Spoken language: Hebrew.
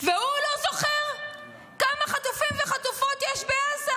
והוא לא זוכר כמה חטופים וחטופות יש בעזה?